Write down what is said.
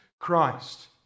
Christ